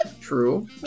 True